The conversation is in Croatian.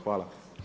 Hvala.